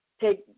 take